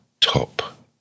top